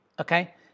Okay